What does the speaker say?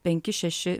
penki šeši